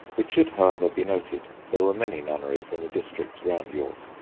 it should, however, be noted there were many nunneries in the districts round york.